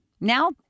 Now